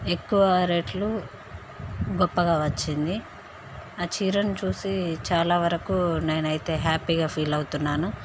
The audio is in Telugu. ఎక్కువ రెట్లు గొప్పగా వచ్చింది ఆ చీరను చూసి చాలా వరకు నేను అయితే హ్యాపీగా ఫీల్ అవుతున్నాను